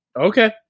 Okay